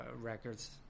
records